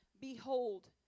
Behold